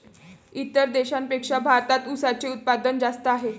इतर देशांपेक्षा भारतात उसाचे उत्पादन जास्त आहे